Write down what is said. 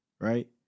Right